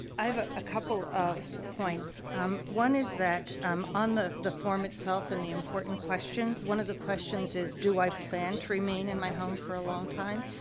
i have a a couple of points. um, one is that, um, on the the form itself in the important questions, one of the questions is, do i plan to remain in my home for a long time.